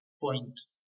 points